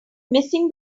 missing